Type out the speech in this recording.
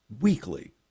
weekly